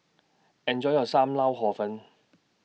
Enjoy your SAM Lau Hor Fun